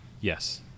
Yes